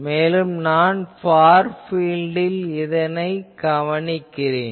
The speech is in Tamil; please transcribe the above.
மேலும் நான் ஃபார் பீல்ட்டில் இதைக் கவனிக்கிறேன்